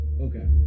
Okay